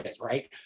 right